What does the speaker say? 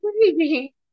baby